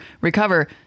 recover